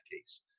case